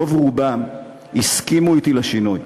ורוב-רובם הסכימו אתי, לשינוי.